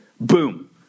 boom